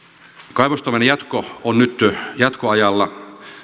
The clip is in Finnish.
kaivostoiminnan jatko on nyt jatkoajalla